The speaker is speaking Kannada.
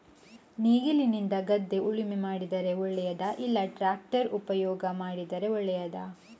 ನೇಗಿಲಿನಿಂದ ಗದ್ದೆ ಉಳುಮೆ ಮಾಡಿದರೆ ಒಳ್ಳೆಯದಾ ಇಲ್ಲ ಟ್ರ್ಯಾಕ್ಟರ್ ಉಪಯೋಗ ಮಾಡಿದರೆ ಒಳ್ಳೆಯದಾ?